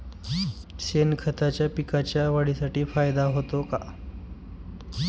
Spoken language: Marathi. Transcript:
शेणखताचा पिकांच्या वाढीसाठी फायदा होतो का?